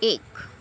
एक